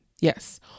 Yes